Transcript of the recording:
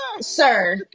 sir